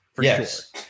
Yes